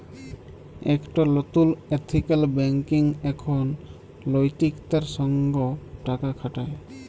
একট লতুল ethical banking এখন লৈতিকতার সঙ্গ টাকা খাটায়